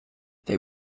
they